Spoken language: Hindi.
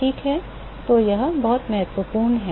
तो यह बहुत महत्वपूर्ण है